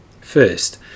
First